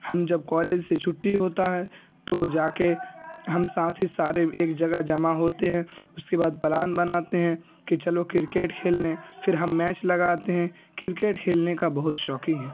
ہم جب کالج سے چھٹی ہوتا ہے تو جا کے ہم ساتھی سارے ایک جگہ جمع ہوتے ہیں اس کے بعد پلان بناتے ہیں کہ چلو کرکٹ کھیلنے پھر ہم میچ لگاتے ہیں کرکٹ کھیلنے کا بہت شاکنگ ہے